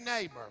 neighbor